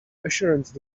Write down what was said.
assurances